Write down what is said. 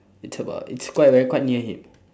it's about it's quite very quite near him